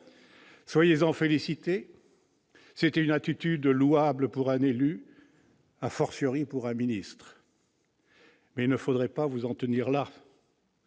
Soyez-en félicitée : c'est une attitude louable pour un élu, pour un ministre. Mais il ne faudrait pas vous en tenir là.